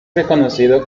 reconocido